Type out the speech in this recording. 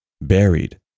buried